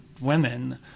women